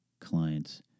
clients